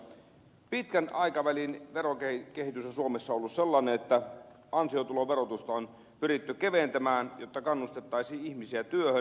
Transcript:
pitkän aikavälin verokehitys on suomessa ollut sellainen että ansiotuloverotusta on pyritty keventämään jotta kannustettaisiin ihmisiä työhön